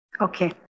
Okay